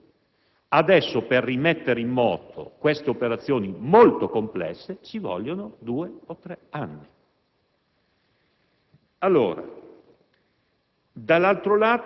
tutto qui. Adesso, per rimettere in moto queste operazioni molto complesse ci vogliono due o tre anni. Dall'altro